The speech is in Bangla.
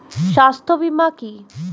স্বাস্থ্য বীমা কি?